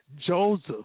Joseph